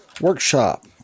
workshop